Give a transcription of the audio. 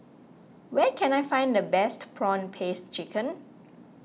where can I find the best Prawn Paste Chicken